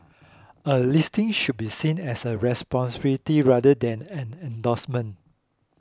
a listing should be seen as a responsibility rather than an endorsement